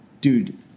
Dude